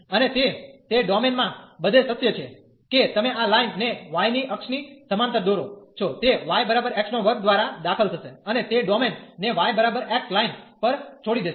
અને તે તે ડોમેન માં બધે સત્ય છે કે તમે આ લાઈન ને y અક્ષની સમાંતર દોરો છો તે yx2દ્વારા દાખલ થશે અને તે ડોમેન ને y x લાઇન પર છોડી દેશે